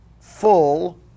full